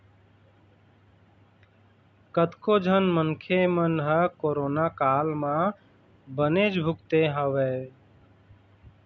कतको झन मनखे मन ह कोरोना काल म बनेच भुगते हवय